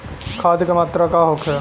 खाध के मात्रा का होखे?